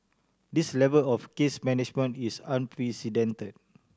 this level of case management is unprecedented